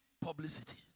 publicity